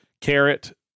Carrot